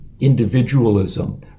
individualism